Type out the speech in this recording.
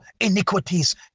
iniquities